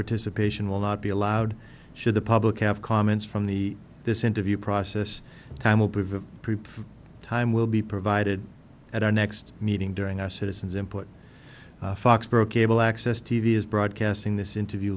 participation will not be allowed should the public have comments from the this interview process prepared time will be provided at our next meeting during our citizens input foxborough cable access t v is broadcasting this interview